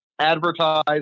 advertise